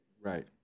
Right